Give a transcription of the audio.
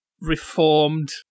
reformed